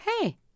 hey